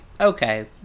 okay